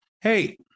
Hey